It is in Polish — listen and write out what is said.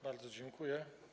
Bardzo dziękuję.